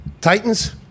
Titans